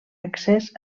accés